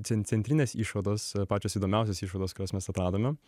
cen centrinės išvados pačios įdomiausios išvados mes atradome